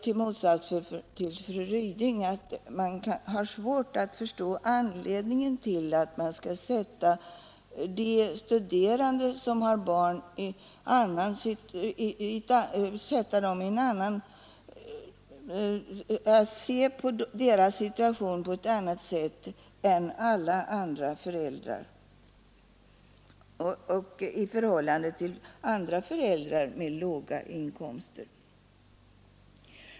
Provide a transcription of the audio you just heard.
I motsats till fru Ryding har jag svårt att förstå varför man skall se på studerande föräldrars situation på annat sätt än på situationen för alla andra föräldrar med låga inkomster.